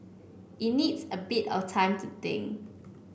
it needs a bit of time to think